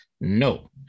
no